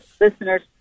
listeners